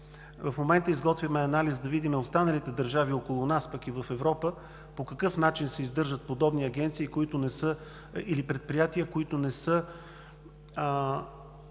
В момента изготвяме анализ да видим в останалите държави около нас, пък и в Европа по какъв начин се издържат подобни агенции или предприятия, които не са